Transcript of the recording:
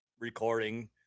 recording